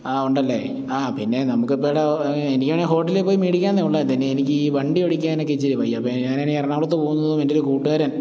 ആ ഉണ്ടല്ലേ ആ പിന്നെ നമുക്ക് ഇപ്പം എടാാ ഇവിടെ എനിക്ക് ആണെങ്കിൽ ഹോട്ടലിൽ പോയി മേടിക്കാവുന്നതേ ഉള്ളു അതിന് എനിക്ക് ഈ വണ്ടി ഓടിക്കാനൊക്കെ ഇച്ചിരി വയ്യ അപ്പം ഞാൻ ആണെങ്കിൽ എറണാകുളത്ത് പോകുന്നതും എൻ്റെ ഒരു കൂട്ടുകാരൻ